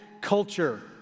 culture